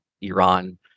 Iran